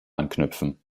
anknüpfen